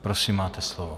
Prosím, máte slovo.